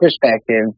perspective